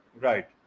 Right